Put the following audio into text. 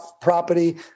property